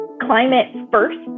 climate-first